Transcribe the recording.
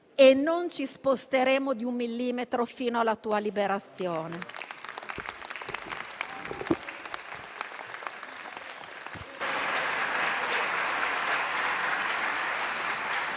e non ci sposteremo di un millimetro fino alla tua liberazione.